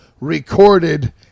recorded